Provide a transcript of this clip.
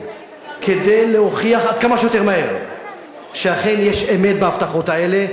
כדי להוכיח כמה שיותר מהר שאכן יש אמת בהבטחות האלה,